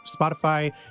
Spotify